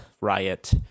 riot